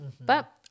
But-